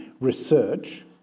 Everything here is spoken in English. research